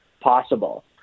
possible